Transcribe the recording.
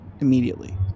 immediately